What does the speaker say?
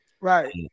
Right